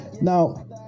now